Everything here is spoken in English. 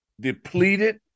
depleted